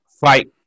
fight